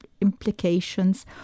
implications